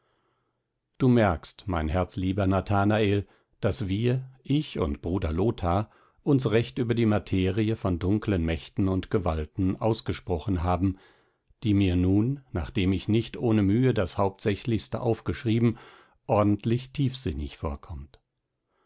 du merkst mein herzlieber nathanael daß wir ich und bruder lothar uns recht über die materie von dunklen mächten und gewalten ausgesprochen haben die mir nun nachdem ich nicht ohne mühe das hauptsächlichste aufgeschrieben ordentlich tiefsinnig vorkommt